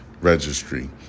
registry